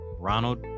Ronald